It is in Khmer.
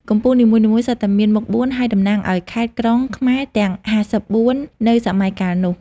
កំពូលនីមួយៗសុទ្ធតែមានមុខបួន ហើយតំណាងឱ្យខេត្ត-ក្រុងខ្មែរទាំង ៥៤ នៅសម័យកាលនោះ។